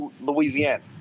Louisiana